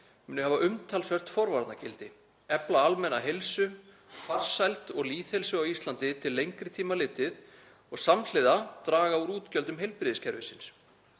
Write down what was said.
muni hafa umtalsvert forvarnagildi, efla almenna heilsu, farsæld og lýðheilsu á Íslandi til lengri tíma litið og samhliða draga úr útgjöldum heilbrigðiskerfisins.